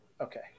Okay